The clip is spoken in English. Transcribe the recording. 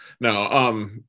No